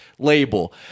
label